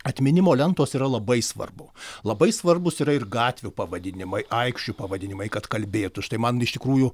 atminimo lentos yra labai svarbu labai svarbūs yra ir gatvių pavadinimai aikščių pavadinimai kad kalbėtų už tai man iš tikrųjų